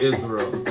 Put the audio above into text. Israel